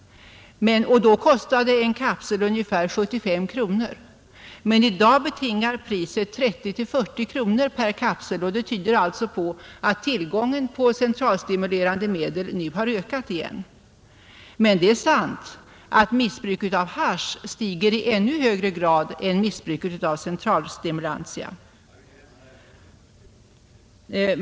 Då kostade en kapsel ungefär 75 kronor. I dag kostar en kapsel 30 till 40 kronor, och det tyder på att tillgången på centralstimulerande medel nu har ökat igen. Det är dock sant att missbruket av hasch stiger i ännu högre grad än missbruket av centralstimulantia.